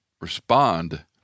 respond